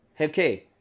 okay